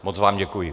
Moc vám děkuji.